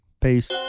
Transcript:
Peace